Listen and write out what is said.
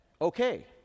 okay